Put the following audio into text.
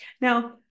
Now